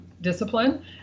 discipline